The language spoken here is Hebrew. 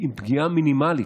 עם פגיעה מינימלית,